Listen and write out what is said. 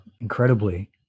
incredibly